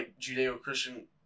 Judeo-Christian